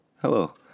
Hello